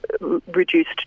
reduced